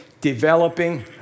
developing